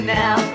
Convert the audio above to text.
now